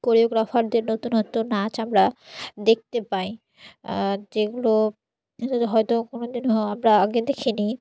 কোরিওগ্রাফারদের নতুন নতুন নাচ আমরা দেখতে পাই যেগুলো হয়তো কোনো দিনও আমরা আগে দেখিনি